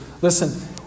Listen